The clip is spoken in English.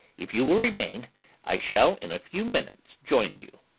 if you will remain i shall in a few minutes join you.